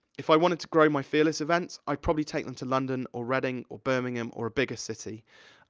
if i wanted to grow my fearless events, i'd probably take them to london, or reading, or birmingham, or a bigger city.